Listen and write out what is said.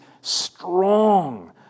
strong